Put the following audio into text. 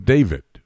David